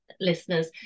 listeners